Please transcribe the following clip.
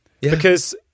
Because-